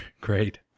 Great